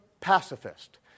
pacifist